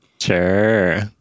Sure